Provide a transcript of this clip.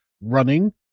running